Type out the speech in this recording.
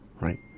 right